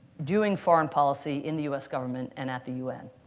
doing foreign policy in the us government and at the un?